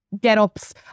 get-ups